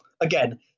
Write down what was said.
again